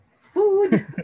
Food